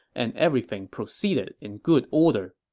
and everything proceeded in good order